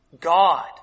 God